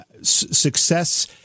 success